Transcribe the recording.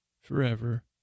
forever